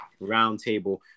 roundtable